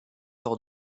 lors